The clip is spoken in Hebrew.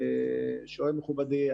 מכובדי,